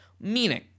Meaning